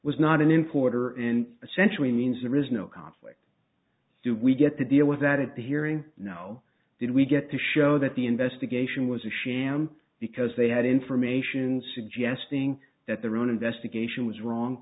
was not an importer and essentially means there is no conflict do we get to deal with that at the hearing now did we get to show that the investigation was a sham because they had information suggesting that their own investigation was wrong